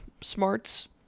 smarts